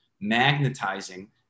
magnetizing